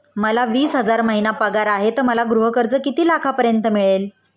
मला वीस हजार महिना पगार आहे तर मला गृह कर्ज किती लाखांपर्यंत मिळेल?